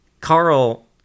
Carl